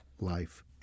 life